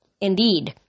Indeed